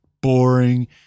boring